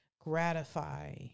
gratify